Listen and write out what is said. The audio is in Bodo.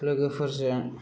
लोगोफोरजों